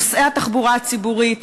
נוסעי התחבורה הציבורית,